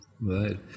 right